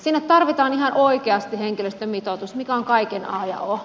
sinne tarvitaan ihan oikeasti henkilöstömitoitus mikä on kaiken a ja o